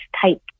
type